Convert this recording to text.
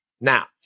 Now